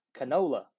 canola